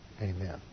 Amen